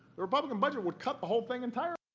the republican budget would cut the whole thing entirely.